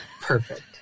Perfect